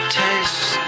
taste